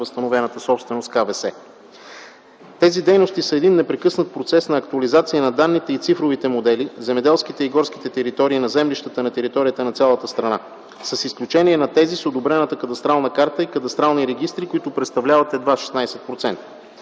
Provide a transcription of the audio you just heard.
възстановената собственост (КВС). Тези дейности са един непрекъснат процес на актуализация на данните и цифровите модели, земеделските и горските територии на землищата на територията на цялата страна, с изключение на тези с одобрената кадастрална карта и кадастрални регистри, които представляват едва 16%.